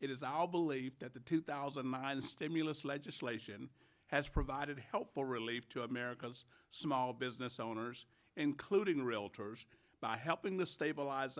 it is our belief that the two thousand mile the stimulus legislation has provided helpful relief to america's small business owners including realtors by helping the stabilize